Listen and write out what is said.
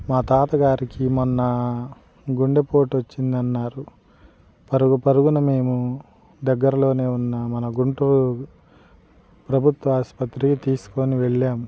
మా తాతగారికి మొన్న గుండెపోటు వచ్చింది అన్నారు పరుగుపరుగున మేము దగ్గరలోనే ఉన్న మన గుంటూరు ప్రభుత్వ ఆసుపత్రికి తీసుకొని వెళ్ళాము